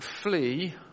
flee